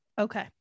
Okay